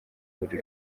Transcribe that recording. buri